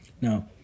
Now